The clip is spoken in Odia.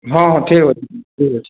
ହଁ ହଁ ଠିକ ଅଛି ଠିକ ଅଛି